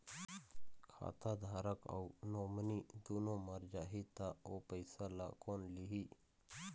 खाता धारक अऊ नोमिनि दुनों मर जाही ता ओ पैसा ला कोन लिही?